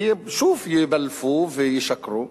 כי שוב יבלפו וישקרו.